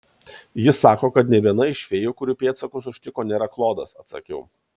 ji sako kad nė viena iš fėjų kurių pėdsakus užtiko nėra klodas atsakiau